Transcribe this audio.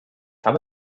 habe